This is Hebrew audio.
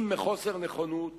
אם מחוסר נכונות